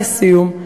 לסיום,